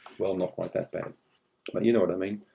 well, not quite that bad, but you know what i mean.